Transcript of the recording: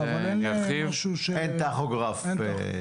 אבל אין טכוגרף דיגיטלי.